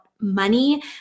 Money